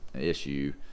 issue